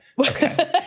Okay